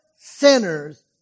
sinners